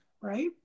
right